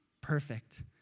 Perfect